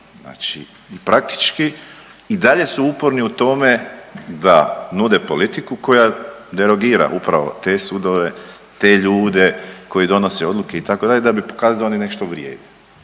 Znači i praktički i dalje su uporni u tome da nude politiku koja derogira upravo te sudove, te ljude koji donose odluke itd. da bi pokazali da oni nešto vrijede.